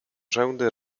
rzędy